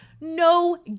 No